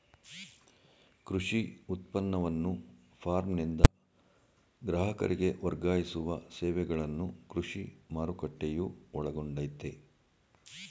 ಕೃಷಿ ಉತ್ಪನ್ನವನ್ನು ಫಾರ್ಮ್ನಿಂದ ಗ್ರಾಹಕರಿಗೆ ವರ್ಗಾಯಿಸುವ ಸೇವೆಗಳನ್ನು ಕೃಷಿ ಮಾರುಕಟ್ಟೆಯು ಒಳಗೊಂಡಯ್ತೇ